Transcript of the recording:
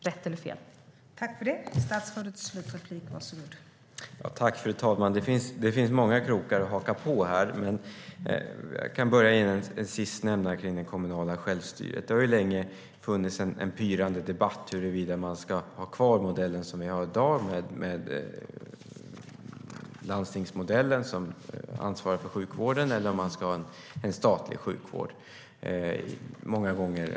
Rätt eller fel må vara osagt.